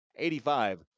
85